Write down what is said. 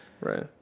Right